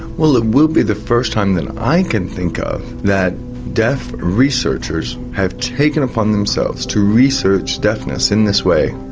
well it will be the first time that i can think of that deaf researchers have taken it upon themselves to research deafness in this way,